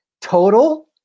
total